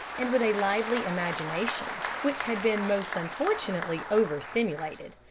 and with a lively imagination, which had been most unfortunately overstimulated.